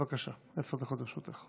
בבקשה, עשר דקות לרשותך.